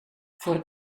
voor